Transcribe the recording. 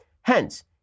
hence